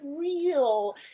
real